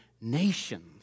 nations